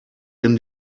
denn